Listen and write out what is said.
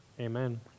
Amen